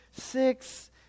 six